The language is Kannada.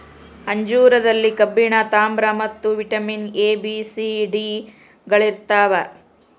ಅಂಜೂರದಲ್ಲಿ ಕಬ್ಬಿಣ ತಾಮ್ರ ಮತ್ತು vitamin A B C D ಗಳಿರ್ತಾವ